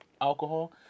alcohol